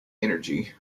energy